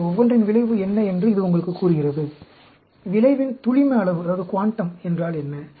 இவை ஒவ்வொன்றின் விளைவு என்ன என்று இது உங்களுக்குக் கூறுகிறது விளைவின் துளிம அளவு என்ன